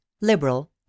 Liberal